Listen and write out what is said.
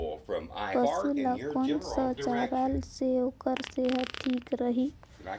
पशु ला कोन स चारा से ओकर सेहत ठीक रही?